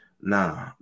Nah